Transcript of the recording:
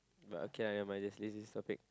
but okay lah never let's just leave this topic